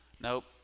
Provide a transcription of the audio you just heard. Nope